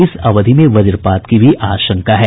इस अवधि में वजपात की आशंका है